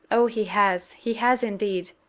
oh, he has he has, indeed!